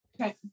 Okay